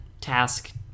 task